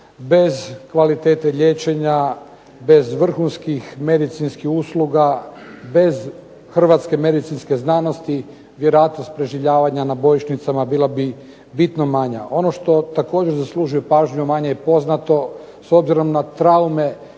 Bez kvalitete liječenja, bez vrhunskih medicinskih usluga, bez hrvatske medicinske znanosti vjerojatnost preživljavanja na bojišnicama bila bi bitno manja. Ono što također zaslužuje pažnju, a manje je poznato, s obzirom na traume